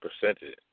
percentage